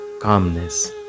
calmness